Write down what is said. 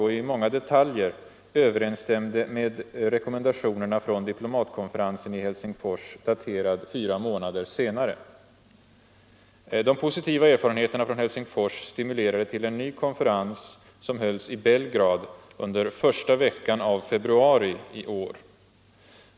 och i många detaljer överensstämde med rekommendationerna från diplomatkonferensen i Helsingfors daterad fyra månader senare. De positiva erfarenheterna från Helsingfors stimulerade till en ny konferens som hölls i Belgrad under första veckan av februari i år.